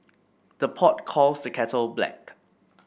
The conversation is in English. the pot calls the kettle black